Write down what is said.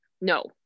No